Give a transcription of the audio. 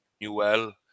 Newell